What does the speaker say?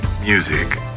music